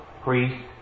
priest